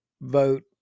vote